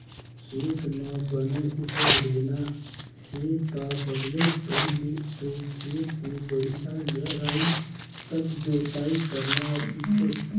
खेत म बने उपज लेना हे ता सबले पहिले तो खेत के बड़िहा गहराई तक जोतई करना रहिथे